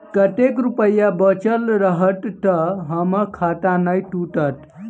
कतेक रुपया बचल रहत तऽ हम्मर खाता नै टूटत?